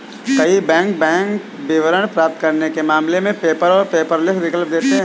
कई bank bank विवरण प्राप्त करने के मामले में पेपर और पेपरलेस विकल्प देते हैं